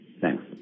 Thanks